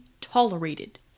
tolerated